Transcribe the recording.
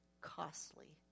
costly